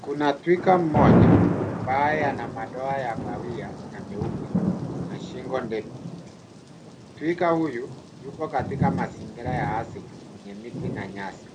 Kuna twiga mmoja ambaye ana madoa ya kahawia na meupe na shingo ndefu. Twiga huyu yuko katika mazingira ya asili yenye miti na nyasi.